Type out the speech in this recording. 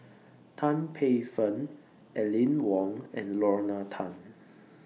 Tan Paey Fern Aline Wong and Lorna Tan